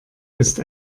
ist